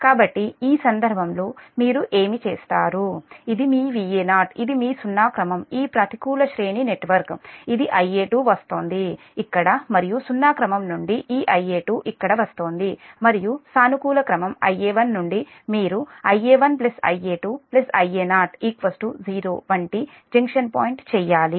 కాబట్టి ఈ సందర్భంలో మీరు ఏమి చేస్తారు ఇది మీ Va0 ఇది మీ సున్నా క్రమం ఈ ప్రతికూల శ్రేణి నెట్వర్క్ ఇది Ia2 వస్తోంది ఇక్కడ మరియు సున్నా క్రమం నుండి ఈ Ia0 ఇక్కడ వస్తోంది మరియు సానుకూల క్రమం Ia1 నుండి మీరు Ia1 Ia2 Ia0 0 వంటి జంక్షన్ పాయింట్ చేయాలి